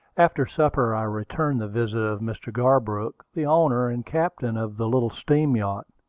after supper i returned the visit of mr. garbrook, the owner and captain of the little steam-yacht.